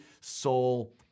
soul